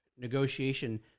negotiation